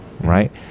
Right